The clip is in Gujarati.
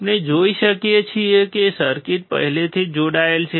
આપણે જોઈ શકીએ છીએ કે સર્કિટ પહેલાથી જ જોડાયેલ છે